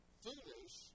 foolish